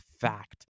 fact